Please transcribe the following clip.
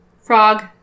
Frog